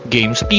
Games